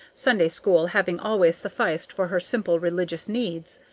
sunday-school having always sufficed for her simple religious needs.